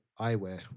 eyewear